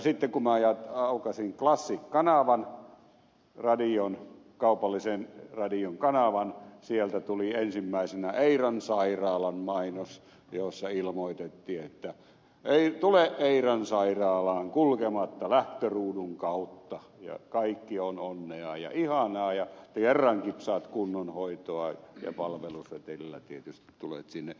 sitten kun minä aukaisin classic kanavan kaupallisen radion kanavan sieltä tuli ensimmäisenä eiran sairaalan mainos jossa ilmoitettiin että tule eiran sairaalaan kulkematta lähtöruudun kautta ja kaikki on onnea ja ihanaa ja kerrankin saat kunnon hoitoa ja palvelusetelillä tietysti tulet sinne